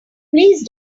please